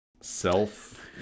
self